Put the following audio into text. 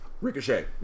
Ricochet